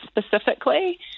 specifically